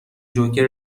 جوکر